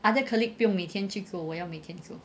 other colleague 不用每天去只有我要每天做